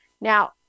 Now